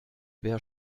wer